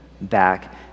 back